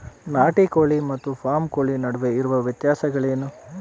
ನಾಟಿ ಕೋಳಿ ಮತ್ತು ಫಾರಂ ಕೋಳಿ ನಡುವೆ ಇರುವ ವ್ಯತ್ಯಾಸಗಳೇನು?